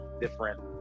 different